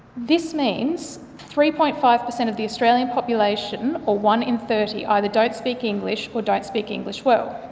this means three point five per cent of the australian population, or one in thirty, either don't speak english or don't speak english well.